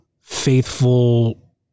Faithful